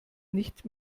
nicht